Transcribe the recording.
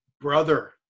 brother